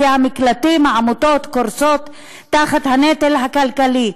כי העמותות קורסות תחת הנטל הכלכלי.